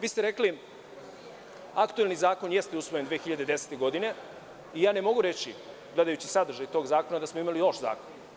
Vi ste rekli – aktuelni zakon jeste usvojen 2010. godine, i ja ne mogu reći, gledajući sadržaj tog zakona, da smo imali loš zakon.